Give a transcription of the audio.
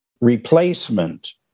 replacement